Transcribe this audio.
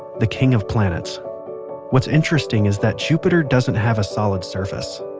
the king of planets what's interesting is that jupiter doesn't have a solid surface.